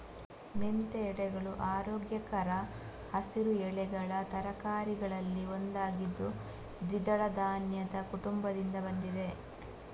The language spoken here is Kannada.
ಮೆಂತ್ಯ ಎಲೆಗಳು ಆರೋಗ್ಯಕರ ಹಸಿರು ಎಲೆಗಳ ತರಕಾರಿಗಳಲ್ಲಿ ಒಂದಾಗಿದ್ದು ದ್ವಿದಳ ಧಾನ್ಯದ ಕುಟುಂಬದಿಂದ ಬಂದಿದೆ